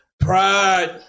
Pride